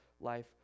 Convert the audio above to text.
life